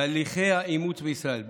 והליכי האימוץ בישראל,